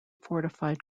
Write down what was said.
fortified